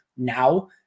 Now